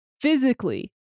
physically